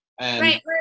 Right